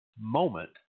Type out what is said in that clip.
moment